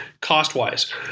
Cost-wise